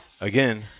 again